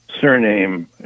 surname